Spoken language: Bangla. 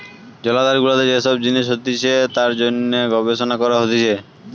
জলাধার গুলাতে যে সব জিনিস হতিছে তার জন্যে গবেষণা করা হতিছে